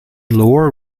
lower